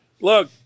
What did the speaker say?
look